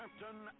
Captain